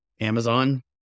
amazon